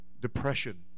depression